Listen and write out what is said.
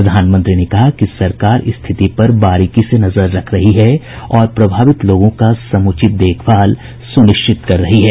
प्रधानमंत्री ने कहा कि सरकार रिथति पर बारीकी से नजर रख रही है और प्रभावित लोगों का समुचित देखभाल सुनिश्चित कर रही है